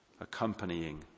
accompanying